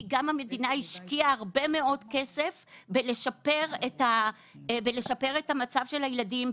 כי גם המדינה השקיעה הרבה מאוד כסף בלשפר את המצב של הילדים,